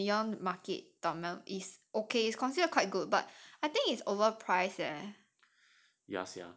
but I think the neon market tom yum is okay it's considered quite good but I think it's over price